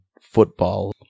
football